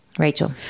Rachel